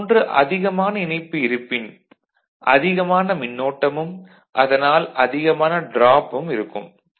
இதுபோன்று அதிகமான இணைப்பு இருப்பின் அதிகமான மின்னோட்டமும் அதனால் அதிகமான டிராப்பும் இருக்கும்